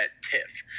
tiff